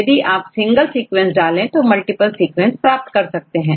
यदि आप single sequence डालें तो मल्टीपल सीक्वेंस प्राप्त कर लेंगे